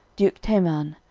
duke teman,